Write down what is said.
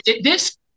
this-